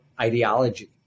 ideology